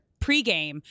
pregame